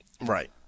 Right